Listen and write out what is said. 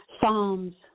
Psalms